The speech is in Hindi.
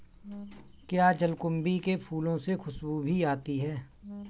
क्या जलकुंभी के फूलों से खुशबू भी आती है